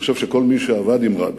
אני חושב שכל מי שעבד עם רבין,